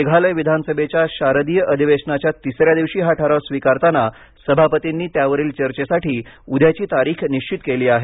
मेघालय विधानसभेच्या शारदीय अधिवेशनाच्या तिसऱ्या दिवशी हा ठराव स्वीकारताना सभापतिंनी त्यावरील चर्चेसाठी उद्याची तारीख निश्वित केली आहे